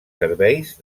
serveis